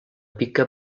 pica